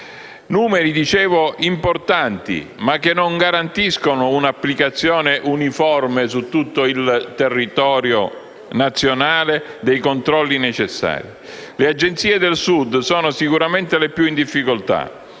Numeri - dicevo - importanti, ma che non garantiscono un'applicazione uniforme, su tutto il territorio nazionale, dei controlli necessari. Le Agenzie del Sud sono sicuramente quelle più in difficoltà,